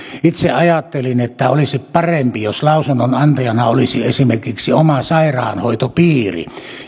itse ajattelin että olisi parempi jos lausun nonantajana olisi esimerkiksi oma sairaanhoitopiiri